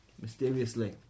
mysteriously